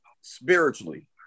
spiritually